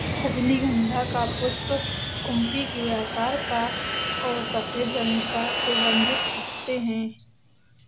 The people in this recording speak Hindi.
रजनीगंधा का पुष्प कुप्पी के आकार का और सफेद रंग का सुगन्धित होते हैं